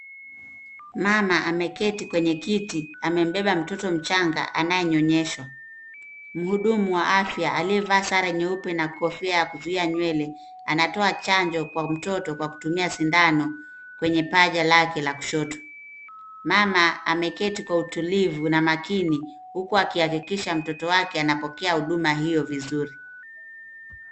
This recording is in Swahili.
Mama ameketi kwenye kiti. Amebeba mcanga anayenyonyeshwa. Mhudumu wa afya amevaa sare nyeupe na kofia ya kuzuia nywele. Anatoa chanjo kwa mtoto kwa kutumia sindano kwenye paja lake la kushoto. Mama ameketi kwa utulivu na makini huku akihakikisha mtoto wake anapokea huduma hiyo vizuri.